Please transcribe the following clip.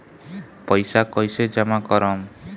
पैसा कईसे जामा करम?